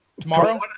Tomorrow